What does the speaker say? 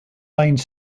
lane